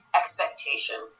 expectation